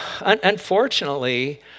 unfortunately